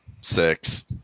Six